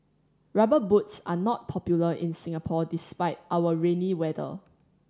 Rubber Boots are not popular in Singapore despite our rainy weather